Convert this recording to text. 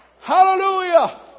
hallelujah